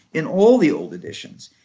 in all the old editions,